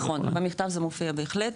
נכון, במכתב זה מופיע בהחלט.